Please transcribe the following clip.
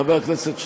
חבר הכנסת שטרן,